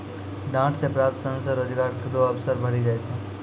डांट से प्राप्त सन से रोजगार रो अवसर बढ़ी जाय छै